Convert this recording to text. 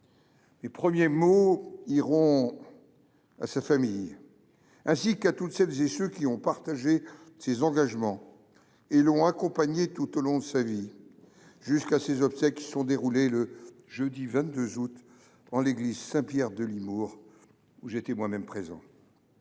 Mes premiers mots iront à sa famille ainsi qu’à toutes celles et à tous ceux qui ont partagé ses engagements et l’ont accompagné tout au long de sa vie, jusqu’à ses obsèques qui se sont déroulées le jeudi 22 août en l’église Saint Pierre de Limours et auxquelles j’étais moi même présent.